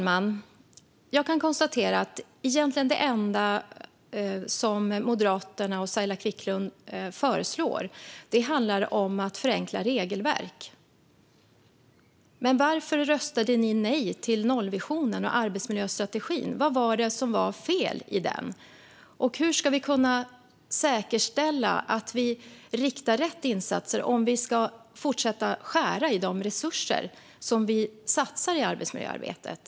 Fru talman! Det enda som Moderaterna och Saila Quicklund egentligen föreslår handlar om att förenkla regelverk. Men varför röstade ni nej till nollvisionen och arbetsmiljöstrategin? Vad var fel i den? Hur ska vi kunna säkerställa att vi riktar rätt insatser om vi fortsätter att skära i de resurser som satsas på arbetsmiljöarbetet?